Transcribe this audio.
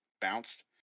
bounced